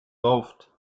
rauft